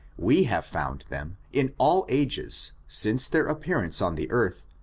we have found them, in all ages, since their appearance on the earth,